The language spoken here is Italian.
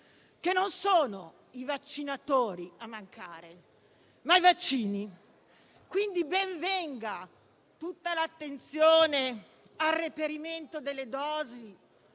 che non sono i vaccinatori a mancare, ma i vaccini. Quindi, ben venga tutta l'attenzione al reperimento delle dosi,